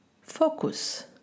focus